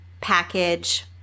package